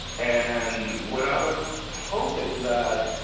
and what i would hope is that